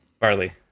Barley